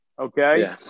okay